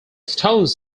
stones